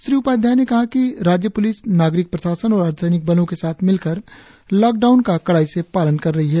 श्री उपाध्याय ने कहा कि राज्य प्लिस नाग़रिक प्रशासन और अर्धसैनिक बलों के साथ मिलकर लॉकडाउन का कड़ाई से पालन कर रही है